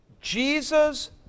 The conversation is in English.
Jesus